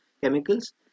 chemicals